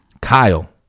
Kyle